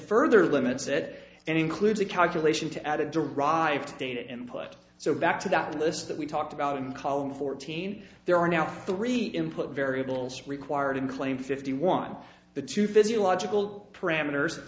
further limits it and includes a calculation to add a derived data input so back to that list that we talked about in column fourteen there are now three input variables required to claim fifty one the two physiological parameters